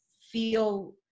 feel